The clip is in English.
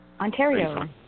Ontario